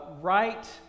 right